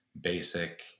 basic